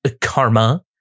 karma